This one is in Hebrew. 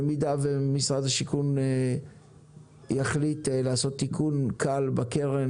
במידה ומשרד הבינוי והשיכון יחליט לעשות תיקון קל בקרן